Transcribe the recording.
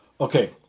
Okay